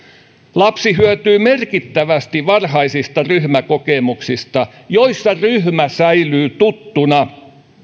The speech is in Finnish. lapsi hyötyy merkittävästi varhaisista ryhmäkokemuksista joissa ryhmä säilyy tuttuna